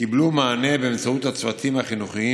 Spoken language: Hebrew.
קיבלו מענה באמצעות הצוותים החינוכיים